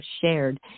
shared